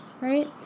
right